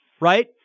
right